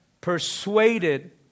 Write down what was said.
persuaded